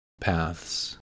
paths